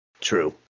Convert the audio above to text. true